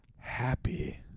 happy